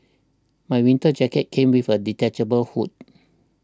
my winter jacket came with a detachable hood